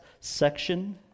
section